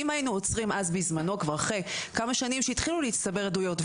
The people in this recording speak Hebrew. אם היינו עוצרים אז בזמנו כבר אחרי כמה שנים שכבר התחילו להצטבר עדויות,